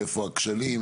איפה הכשלים,